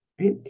right